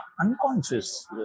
unconscious